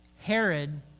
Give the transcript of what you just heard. Herod